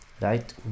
Right